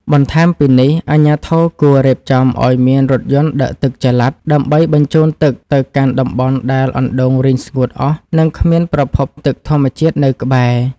បន្ថែមពីនេះ អាជ្ញាធរគួររៀបចំឱ្យមានរថយន្តដឹកទឹកចល័តដើម្បីបញ្ជូនទឹកទៅកាន់តំបន់ដែលអណ្តូងរីងស្ងួតអស់ និងគ្មានប្រភពទឹកធម្មជាតិនៅក្បែរ។